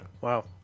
Wow